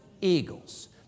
eagles